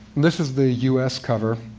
this is the us cover.